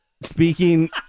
speaking